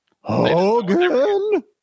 Hogan